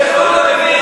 את מי שבא להרוג.